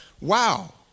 wow